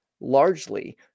Largely